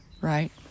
right